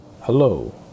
Hello